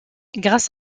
grâce